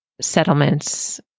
settlements